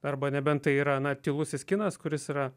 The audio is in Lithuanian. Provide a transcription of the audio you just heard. arba nebent tai yra na tylusis kinas kuris yra